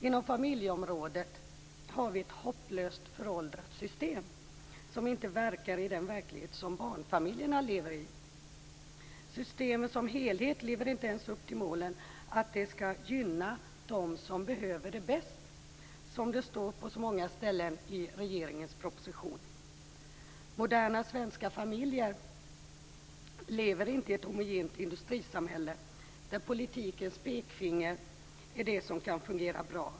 Inom familjeområdet har vi ett hopplöst föråldrat system som inte verkar i den verklighet som barnfamiljerna lever i. Systemen som helhet lever inte ens upp till målen att det skall "gynna de som behöver det bäst", som det står på så många ställen i regeringens proposition. Moderna svenska familjer lever inte i ett homogent industrisamhälle där politikens pekfinger är det som kan fungera bra.